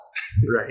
right